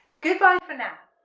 goodbye for now